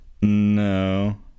No